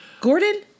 Gordon